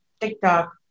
TikTok